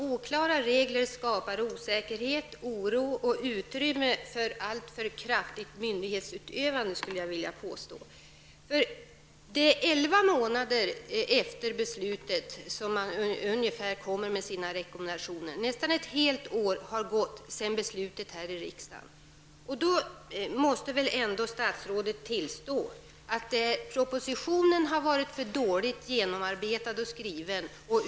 Oklara regler skapar osäkerhet, oro och utrymme för ett alltför kraftigt myndighetsutövande, skulle jag vilja påstå. Ungefär elva månader efter beslutet kommer man med rekommendationer, dvs. nästan ett helt år har gått sedan beslutet fattades här i riksdagen. Statsrådet måste väl ändå tillstå att propositionen inte varit tillräckligt genomarbetad och är dåligt skriven.